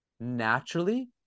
naturally